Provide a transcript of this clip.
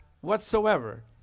whatsoever